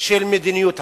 של מדיניות הפנים,